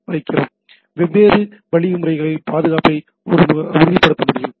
மேலும் வெவ்வேறு வழிமுறைகளால் பாதுகாப்பை உறுதிப்படுத்த முடியும்